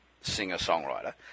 singer-songwriter